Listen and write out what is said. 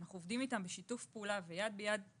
אנחנו עובדים איתם בשיתוף פעולה ויד ביד.